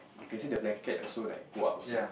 can see the blanket also like go up also